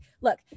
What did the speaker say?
look